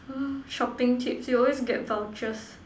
!huh! shopping tips you always get vouchers